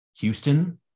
Houston